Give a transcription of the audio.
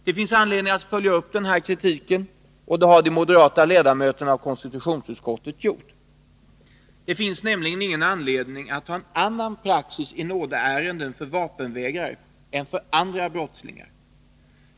Det finns anledning att följa upp denna kritik, och det har de moderata ledamöterna av utskottet gjort. Det finns ingen anledning att ha en annan praxis i nådeärenden för vapenvägrare än för andra brottslingar.